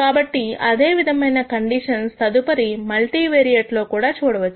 కాబట్టి అదేవిధమైన కండిషన్స్ తదుపరి మల్టీ వేరియేట్ లో కూడా చూడవచ్చు